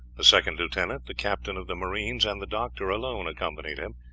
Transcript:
the second lieutenant, the captain of the marines, and the doctor alone accompanied him,